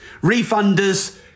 refunders